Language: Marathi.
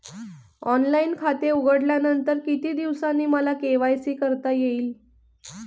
ऑनलाईन खाते उघडल्यानंतर किती दिवसांनी मला के.वाय.सी करता येईल?